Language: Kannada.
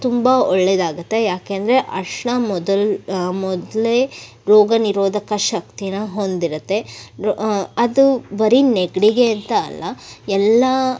ತುಂಬ ಒಳ್ಳೆದಾಗುತ್ತೆ ಯಾಕಂದ್ರೆ ಅರ್ಶಿನ ಮೊದಲು ಮೊದಲೇ ರೋಗ ನಿರೋಧಕ ಶಕ್ತಿನ ಹೊಂದಿರುತ್ತೆ ಅದು ಬರೀ ನೆಗಡಿಗೆ ಅಂತ ಅಲ್ಲ ಎಲ್ಲ